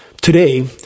Today